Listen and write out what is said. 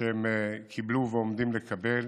שהם קיבלו ועומדים לקבל.